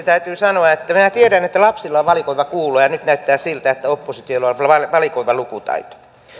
täytyy sanoa että minä tiedän että lapsilla on valikoiva kuulo ja nyt näyttää siltä että oppositiolla on kyllä valikoiva lukutaito